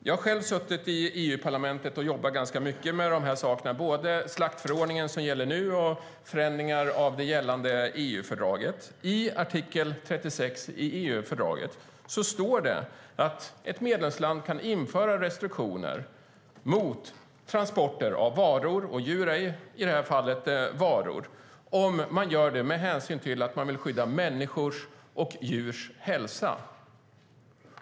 Jag har själv suttit i EU-parlamentet och jobbat ganska mycket både med slaktförordningen, som nu gäller, och med förändringar av det gällande EU-fördraget. I artikel 36 i EU-fördraget står att ett medlemsland kan införa restriktioner mot transporter av varor - och djur är i det här fallet varor - om det görs utifrån att man vill skydda människors och djurs hälsa.